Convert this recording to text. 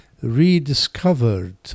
rediscovered